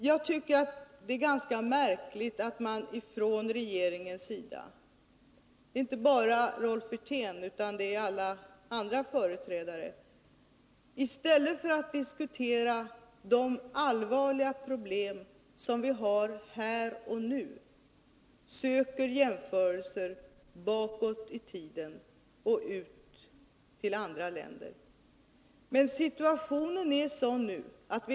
Jag tycker det är ganska märkligt att regeringen — alltså inte bara Rolf Wirtén utan också alla dess andra företrädare — i stället för att diskutera de allvarliga problem som vi har i landet nu söker jämförelser bakåt i tiden och i andra länder.